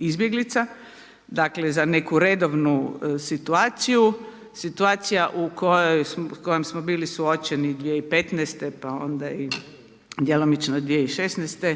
izbjeglica, dakle za neku redovnu situaciju. Situacija u kojoj smo bili suočeni 2015. pa onda i djelomično i 2016.